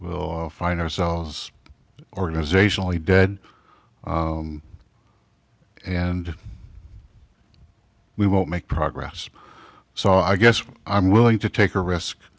all find ourselves organizationally dead and we won't make progress so i guess i'm willing to take a risk